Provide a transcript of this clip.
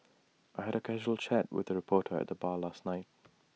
I had A casual chat with A reporter at the bar last night